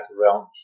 realm